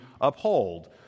uphold